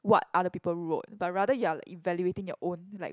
what other people wrote but rather you are evaluating your own like